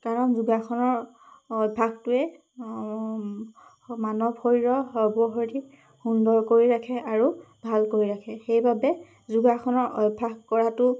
কাৰণ যোগাসনৰ অভ্যাসটোৱে মানৱ শৰীৰৰ সৰ্ব শৰীৰ সুন্দৰ কৰি ৰাখে আৰু ভাল কৰি ৰাখে সেইবাবে যোগাসনৰ অভ্যাস কৰাতো